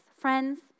Friends